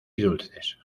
dulces